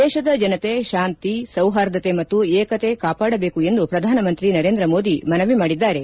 ದೇಶದ ಜನತೆ ಶಾಂತಿ ಸೌಹಾರ್ದತೆ ಮತ್ತು ಏಕತೆ ಕಾಪಾಡಬೇಕು ಎಂದು ಪ್ರಧಾನಮಂತ್ರಿ ನರೇಂದ್ರ ಮೋದಿ ಮನವಿ ಮಾಡಿದ್ದಾರೆ